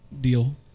deal